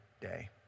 day